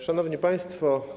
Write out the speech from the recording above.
Szanowni Państwo!